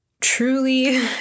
truly